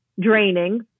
draining